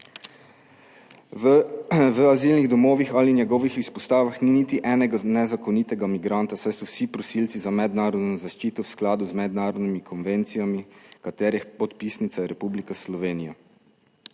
V azilnih domovih ali njegovih izpostavah ni niti enega nezakonitega migranta saj so vsi prosilci za mednarodno zaščito v skladu z mednarodnimi konvencijami, katerih podpisnica je Republika Slovenija,